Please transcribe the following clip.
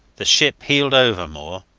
the ship heeled over more,